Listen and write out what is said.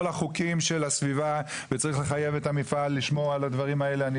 החוקים של הסביבה וצריך לחייב את המפעל לשמור על הדברים האלה.